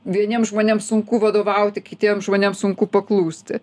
vieniem žmonėm sunku vadovauti kitiem žmonėm sunku paklusti